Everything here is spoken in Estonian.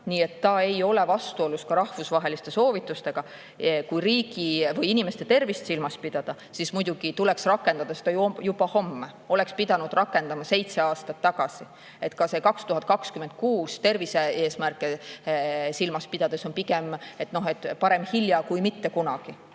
Nii et see ei ole vastuolus ka rahvusvaheliste soovitustega. Kui inimeste tervist silmas pidada, siis muidugi tuleks rakendada seda juba homme, seda oleks pidanud rakendama seitse aastat tagasi. Ka 2026. aasta tervise-eesmärke silmas pidades tuleb öelda, et parem hilja kui mitte kunagi.